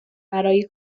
برای